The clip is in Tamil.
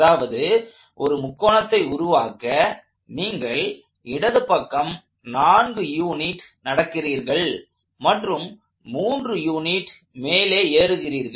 அதாவது ஒரு முக்கோணத்தை உருவாக்க நீங்கள் இடது பக்கம் 4 யூனிட் நடக்கிறீர்கள் மற்றும் 3 யூனிட் மேலே ஏறுகிறீர்கள்